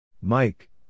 Mike